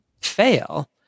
fail